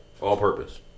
all-purpose